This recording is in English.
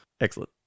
excellent